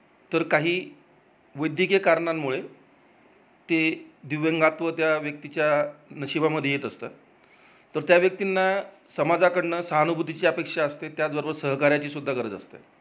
तर काही वैद्यकीय कारणांमुळे ते दिव्यांगत्व त्या व्यक्तीच्या नशीबामध्ये येत असतं तर त्या व्यक्तींना समाजाकडनं सहानुभूतीची अपेक्षा असते त्याचबरोबर सहकार्याची सुुद्धा गरज असते